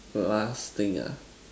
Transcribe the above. the last thing ah